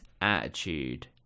attitude